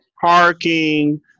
Parking